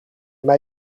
mij